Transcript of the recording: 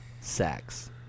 sex